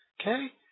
Okay